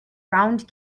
round